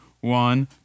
one